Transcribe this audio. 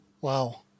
Wow